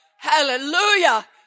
Hallelujah